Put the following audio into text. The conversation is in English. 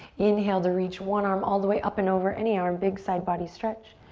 inhale to reach one arm all the way up and over, any arm, big side body stretch.